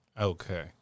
Okay